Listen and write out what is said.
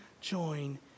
join